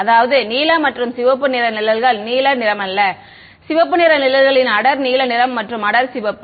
அதாவது நீல மற்றும் சிவப்பு நிற நிழல்கள் நீல நிறமல்ல சிவப்பு நிற நிழல்களின் அடர் நீல நிறம் மற்றும் அடர் சிவப்பு